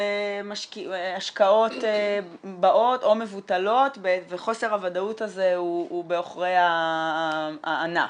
והשקעות באות או מבוטלות וחוסר הוודאות הזה הוא בעוכרי הענף.